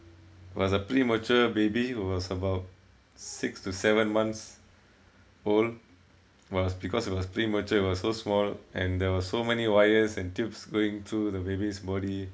it was a premature baby it was about six to seven months old was because it was premature it was so small and there were so many wires and tubes going through the baby's body